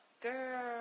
Girl